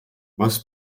was